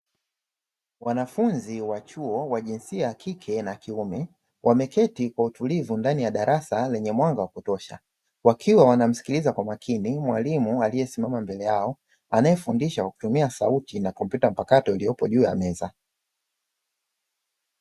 Wanafunzi wa chuo wa jinsia ya kike na kiume wameketi kwa utulivu ndani ya darasa lenye mwanga wa kutosha, wakiwa wanamsikiliza kwa makini mwalimu aliyesimama mbele yao anayefundisha kwa kutumia sauti na kompyuta mpakato iliyopo juu ya meza.